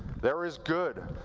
there is good.